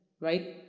right